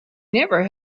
never